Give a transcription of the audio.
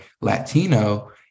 Latino